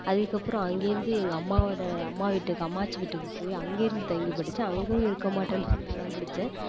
அதுக்கப்புறோம் அங்கேர்ந்து எங்கள் அம்மாவோட அம்மா வீட்டுக்கு அம்மாச்சி வீட்டுக்கு போய் அங்கேர்ந்து தங்கி படிச்சேன் அங்கயும் இருக்க மாட்டேன்னு சொல்லி அடம் பிடிச்சேன்